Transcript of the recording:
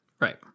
Right